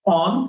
on